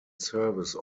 service